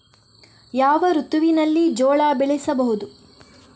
ಯಾವ ಋತುವಿನಲ್ಲಿ ಜೋಳ ಬೆಳೆಸಬಹುದು?